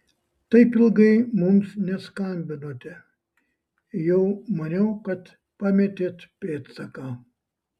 taip ilgai mums neskambinote jau maniau kad pametėt pėdsaką